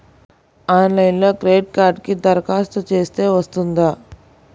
ఆన్లైన్లో క్రెడిట్ కార్డ్కి దరఖాస్తు చేస్తే వస్తుందా?